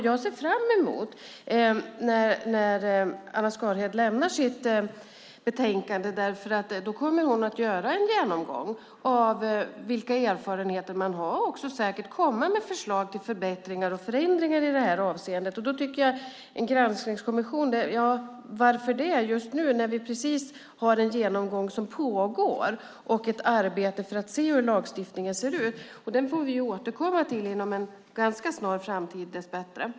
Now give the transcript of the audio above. Jag ser fram emot när Anna Skarhed lämnar sitt betänkande, för hon kommer att göra en genomgång av vilka erfarenheter man har och säkert också komma med förslag till förbättringar och förändringar i detta avseende. Därför tänker jag: en granskningskommission - varför det, just nu? Vi har en genomgång som pågår och ett arbete för att se hur lagstiftningen ser ut, och det får vi återkomma till - inom en ganska snar framtid, dess bättre.